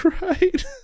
Right